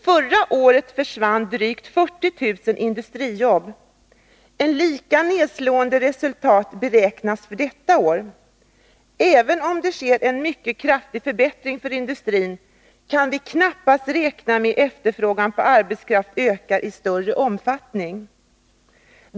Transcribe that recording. Förra året försvann drygt 40 000 industrijobb. Ett lika nedslående resultat beräknas för detta år. Även om det sker en mycket kraftig förbättring för industrin kan vi knappast räkna med att efterfrågan på arbetskraft ökar i större omfattning.